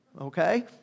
okay